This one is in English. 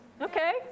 Okay